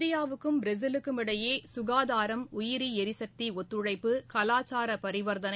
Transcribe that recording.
இந்தியாவுக்கும் பிரேசிலுக்கும் இடையே சுகாதாரம் உயிரி எரிசக்தி ஒத்துழைப்பு கலாச்சார பரிவர்த்தனை